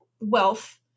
wealth